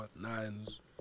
nines